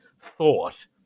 thought